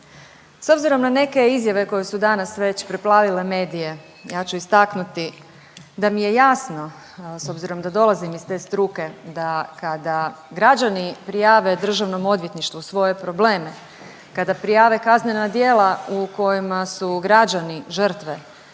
S obzirom na neke izjave koje su danas već preplavile medije ja ću istaknuti da mi je jasno s obzirom da dolazim iz te struke da kada građani prijave Državnom odvjetništvu svoje probleme, kada prijave kaznena djela u kojima su građani žrtve